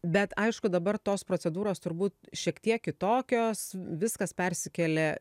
bet aišku dabar tos procedūros turbūt šiek tiek kitokios viskas persikėlė